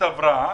לגבי הארנונה.